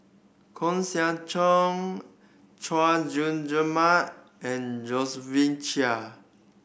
Koeh Sia Chong Chay Jung Jun Mark and Josephine Chia